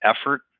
effort